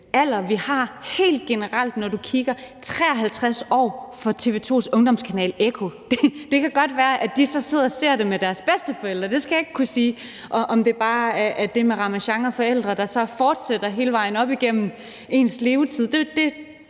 vi ser på det: 53 år for TV 2's ungdomskanal Echo. Det kan godt være, de så sidder og ser det med deres bedsteforældre, det skal jeg ikke kunne sige – om det bare er det med Ramasjang og forældrene, der så fortsætter hele vejen op igennem ens levetid.